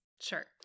Sure